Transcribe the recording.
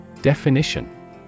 Definition